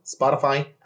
Spotify